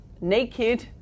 naked